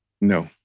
no